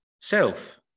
self